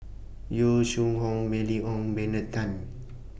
Yong Shu Hoong Mylene Ong Benard Tan